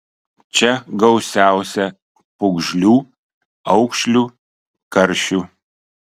čia gausiausia pūgžlių aukšlių karšių